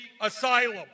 asylum